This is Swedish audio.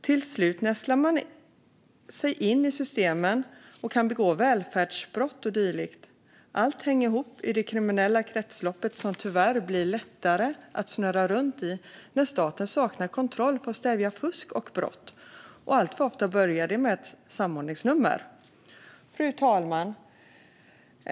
Till slut nästlar man sig in i systemen och kan begå välfärdbrott och dylikt. Allt hänger ihop i det kriminella kretsloppet som tyvärr blir lättare att snurra runt i när staten saknar kontroll för att stävja fusk och brott. Och alltför ofta börjar det med ett samordningsnummer. Fru talman!